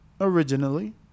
originally